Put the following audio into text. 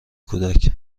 کودک